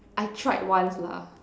I tried once lah